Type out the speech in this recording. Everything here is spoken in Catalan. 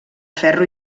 ferro